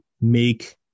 make